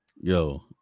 Yo